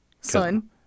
son